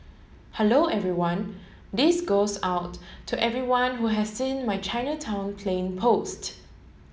hello everyone this goes out to everyone who has seen my Chinatown plane post